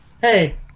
Hey